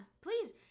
Please